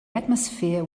atmosphere